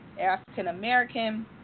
African-American